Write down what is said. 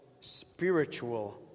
spiritual